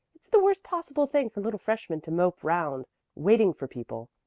it's the worst possible thing for little freshmen to mope round waiting for people,